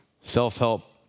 Self-help